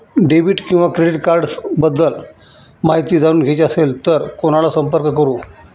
Debit किंवा credit cards बद्दल माहिती जाणून घ्यायची असेल तर कोणाला संपर्क करु?